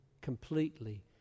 completely